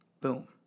Boom